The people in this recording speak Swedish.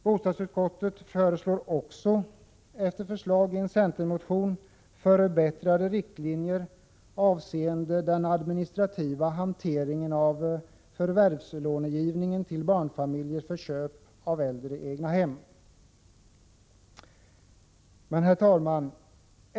Bostadsutskottet föreslår, efter förslag i en centermotion, också förbättrade riktlinjer avseende den administrativa hanteringen av förvärvslånegivningen till barnfamiljer för köp av äldre egnahem. Herr talman!